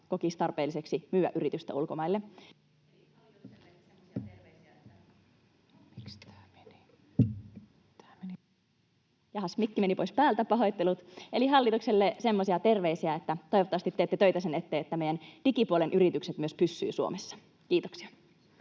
pois päältä. Pahoittelut. — Eli hallitukselle semmoisia terveisiä, että toivottavasti teette töitä sen eteen, että meidän digipuolen yritykset myös pysyvät Suomessa. — Kiitoksia.